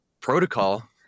protocol